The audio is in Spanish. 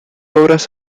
obras